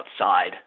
outside